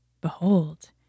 Behold